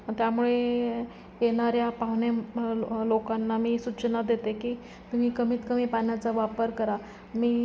त्यामुळे येणाऱ्या पाहुणे लोकांना मी सूचना देते की तुम्ही कमीत कमी पाण्याचा वापर करा मी